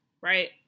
Right